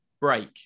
break